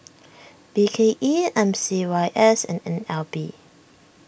B K E M C Y S and N L B